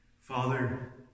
Father